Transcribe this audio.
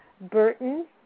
Burton